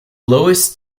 lowest